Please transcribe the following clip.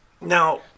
Now